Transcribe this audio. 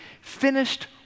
finished